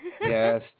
Yes